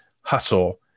hustle